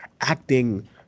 acting